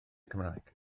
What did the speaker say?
cymraeg